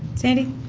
sandy.